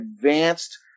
advanced